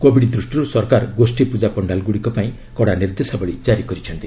Covid ଦୃଷ୍ଟିରୁ ସରକାର ଗୋଷ୍ଠୀ ପ୍ରଜା ପଶ୍ଚାଲ୍ଗୁଡ଼ିକ ପାଇଁ କଡ଼ା ନିର୍ଦ୍ଦେଶାବଳୀ ଜାରି କରିଛନ୍ତି